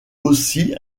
aussi